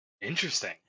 Interesting